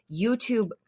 YouTube